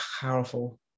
powerful